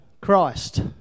Christ